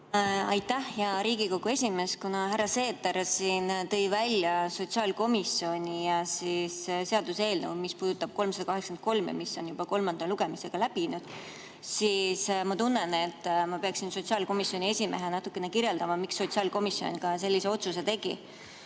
Aitäh, hea Riigikogu esimees! Kuna härra Seeder siin tõi välja sotsiaalkomisjoni ja seaduseelnõu 383, mis on juba kolmanda lugemise läbinud, siis ma tunnen, et peaksin sotsiaalkomisjoni esimehena natukene kirjeldama, miks sotsiaalkomisjon sellise otsuse tegi.